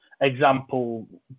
example